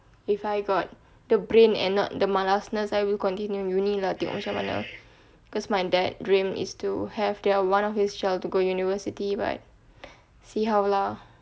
if I got the brain and not the malasness I will continue uni lah tengok macam mana cause my dad dream is to have their one of his child to go university but see how lah